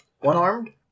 One-armed